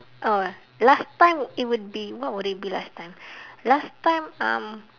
oh last time it would be what would it be last time last time um